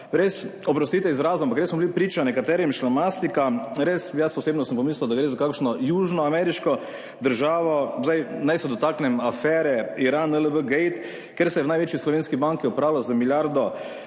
res – oprostite izrazu, ampak res smo bili priča nekaterim šlamastikam. Res, jaz osebno sem pomislil, da gre za kakšno južnoameriško državo. Naj se dotaknem afere IranNLBgate, kjer se je v največji slovenski banki opralo za milijardo